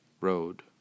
road